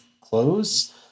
close